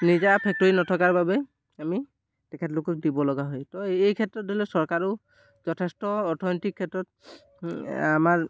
নিজা ফেক্টৰী নথকাৰ বাবে আমি তেখেতলোকক দিব লগা হয় ত' এই ক্ষেত্ৰত হ'লে চৰকাৰেও যথেষ্ট অৰ্থনৈতিক ক্ষেত্ৰত আমাৰ